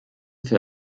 für